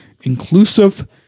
inclusive